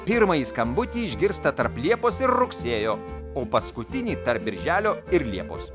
pirmąjį skambutį išgirsta tarp liepos rugsėjo o paskutinį birželio ir liepos